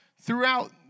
throughout